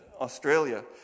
Australia